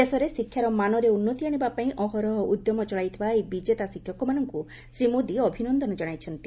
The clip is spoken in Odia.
ଦେଶରେ ଶିକ୍ଷାରମାନରେ ଉନ୍ନତି ଆଶିବା ପାଇଁ ଅହରହ ଉଦ୍ୟମ ଚଳାଇଥିବା ଏହି ବିଜେତା ଶିକ୍ଷକମାନଙ୍କୁ ଶ୍ରୀ ମୋଦି ଅଭିନନ୍ଦନ ଜଣାଇଛନ୍ତି